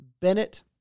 Bennett